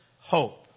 hope